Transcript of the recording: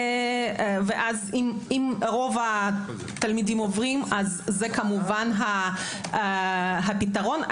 אם רוב התלמידים עוברים, זה כמובן הפתרון.